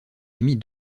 émis